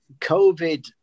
COVID